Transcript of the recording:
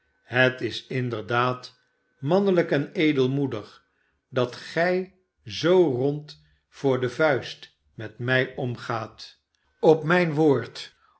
het is inderdaad mannelijk en edelmoedig dat gij zoo rond voor de vuist met mij omgaat op mijn woord